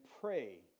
pray